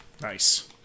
Nice